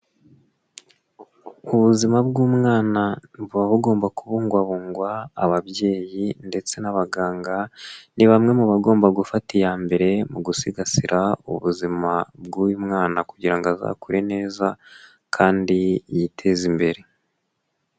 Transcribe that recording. Ubuzima bw'umwana buba bugomba kubugwabungwa, ababyeyi ndetse n'abaganga ni bamwe mu bagomba gufata iya mbere mu gusigasira ubuzima bw'uyu mwana kugira ngo azakure neza, kandi yiteze imbere.